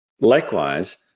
likewise